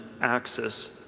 axis